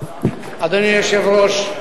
אדוני היושב-ראש,